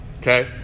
okay